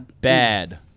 Bad